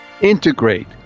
integrate